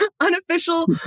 unofficial